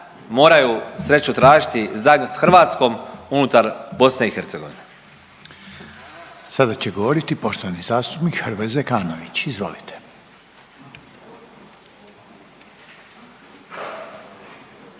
moraju sreću tražiti zajedno s Hrvatskom unutar BiH. **Reiner, Željko (HDZ)** Sada će govoriti poštovani zastupnik Hrvoje Zekanović, izvolite.